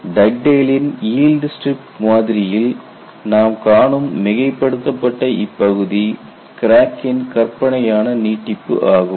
டக்டேலின் yield strip மாதிரியில் Dugdale's yield strip model நாம் காணும் மிகைப்படுத்தப்பட்ட இப்பகுதி கிராக்கின் கற்பனையான நீட்டிப்பு ஆகும்